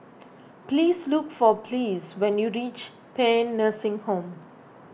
please look for Ples when you reach Paean Nursing Home